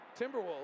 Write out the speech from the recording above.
Timberwolves